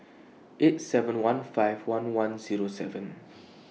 eight seven one five one one Zero seven